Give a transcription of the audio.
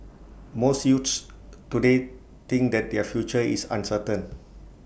most youths today think that their future is uncertain